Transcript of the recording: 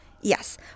Yes